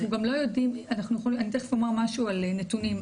אני תיכף אומר משהו על נתונים,